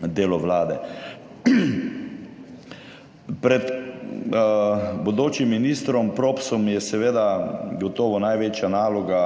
delo Vlade. Pred bodočim ministrom Propsom je seveda gotovo največja naloga